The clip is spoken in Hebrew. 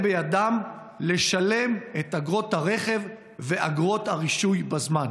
בידם לשלם את אגרות הרכב ואגרות הרישוי בזמן.